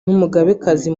n’umugabekazi